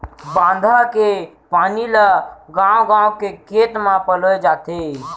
बांधा के पानी ल गाँव गाँव के खेत म पलोए जाथे